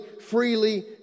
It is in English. freely